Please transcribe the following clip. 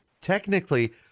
technically